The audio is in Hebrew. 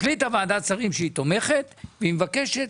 החליטה ועדת שרים שהיא תומכת והיא מבקשת